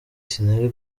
sinari